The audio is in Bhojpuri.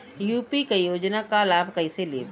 यू.पी क योजना क लाभ कइसे लेब?